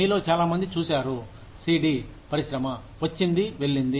మీలో చాలా మంది చూశారు సిడి పరిశ్రమ వచ్చింది వెళ్ళింది